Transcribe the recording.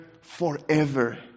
forever